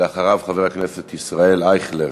ואחריו, חבר הכנסת ישראל אייכלר.